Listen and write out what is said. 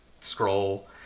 Scroll